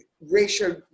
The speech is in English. racial